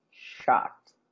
shocked